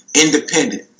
independent